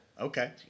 okay